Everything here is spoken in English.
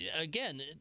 again